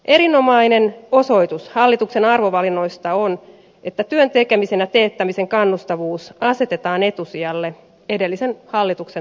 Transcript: erinomainen osoitus hallituksen arvovalinnoista on että työn tekemisen ja teettämisen kannustavuus asetetaan etusijalle edellisen hallituksen tapaan